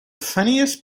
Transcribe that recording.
funniest